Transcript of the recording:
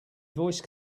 voice